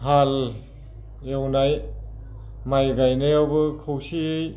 हाल एवनाय माइ गायनायावबो खौसेयो